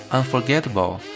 Unforgettable